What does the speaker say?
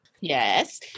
Yes